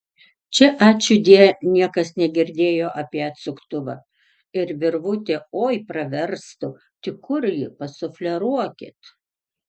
čia ačiūdie niekas negirdėjo apie atsuktuvą ir virvutė oi praverstų tik kur ji pasufleruokit